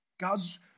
God's